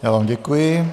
Já vám děkuji.